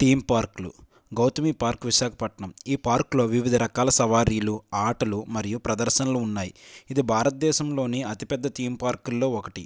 theme పార్కులు Gautami park Visakhapatnam ఈ పార్క్లో వివిధ రకాల సవారీలు ఆటలు మరియు ప్రదర్శనలు ఉన్నాయి ఇది భారతదేశంలోని అతి పెద్ద థీమ్ పార్కుల్లో ఒకటి